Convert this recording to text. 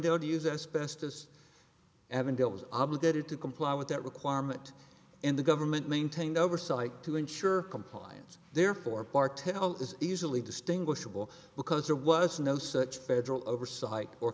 to use it as best as avondale is obligated to comply with that requirement and the government maintained oversight to ensure compliance therefore part tell is easily distinguishable because there was no such federal oversight or